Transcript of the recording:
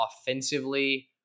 offensively